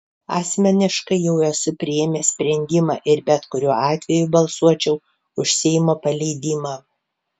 asmeniškai jau esu priėmęs sprendimą ir bet kuriuo atveju balsuočiau už seimo paleidimą